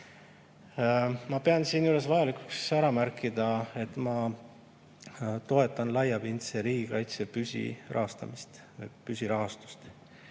pean siinjuures vajalikuks ära märkida, et ma toetan laiapindse riigikaitse püsirahastust.